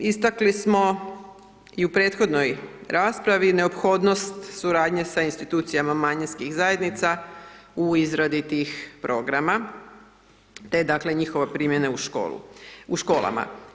Istakli smo i u prethodnoj raspravi, neophodnost suradnje sa Institucijama manjinskih zajednica u izradi tih programa, te dakle njihove primjene u školama.